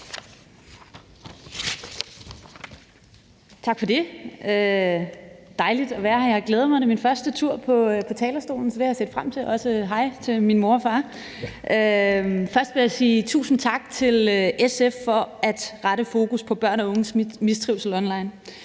Tak for det. Det er dejligt at være her; jeg har glædet mig. Det er min første tur på talerstolen, så det har jeg set frem til – også hej til min mor og far. Først vil jeg sige tusind tak til SF for at rette fokus på børn og unges mistrivsel online.